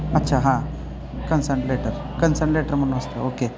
अच्छा हां consent letter consent letter म्हणून असतं ओके